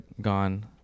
gone